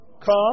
come